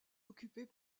occupées